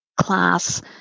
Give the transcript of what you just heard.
class